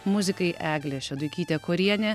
muzikai eglė šeduikytė korienė